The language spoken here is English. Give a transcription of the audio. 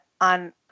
on